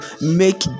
make